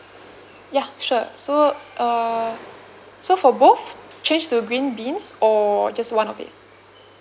ya sure so err so for both change to green beans or just one of it